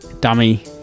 dummy